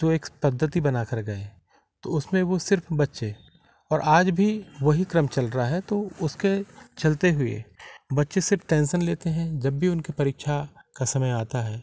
जो एक पद्धति बना कर गए हैं तो उसमें वो सिर्फ बच्चे और आज भी वही क्रम चल रहा है तो उसके चलते हुए बच्चे सिर्फ टेंसन लेते हैं जब भी उनकी परीक्षा का समय आता है